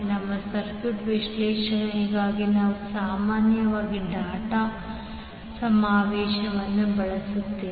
ನಮ್ಮ ಸರ್ಕ್ಯೂಟ್ ವಿಶ್ಲೇಷಣೆಗಾಗಿ ನಾವು ಸಾಮಾನ್ಯವಾಗಿ ಡಾಟ್ ಸಮಾವೇಶವನ್ನು ಬಳಸುತ್ತೇವೆ